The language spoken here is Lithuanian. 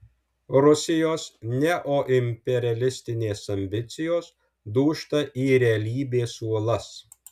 rusijos neoimperialistinės ambicijos dūžta į realybės uolas